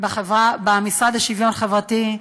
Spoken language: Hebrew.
במשרד לשוויון חברתי.